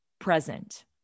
present